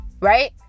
right